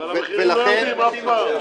אבל המחירים לא יורדים אף פעם.